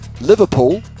Liverpool